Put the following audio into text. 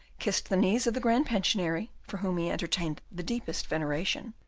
kissed the knees of the grand pensionary, for whom he entertained the deepest veneration,